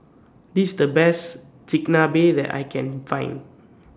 This's The Best Chigenabe that I Can Find